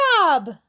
job